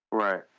Right